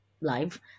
live